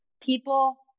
people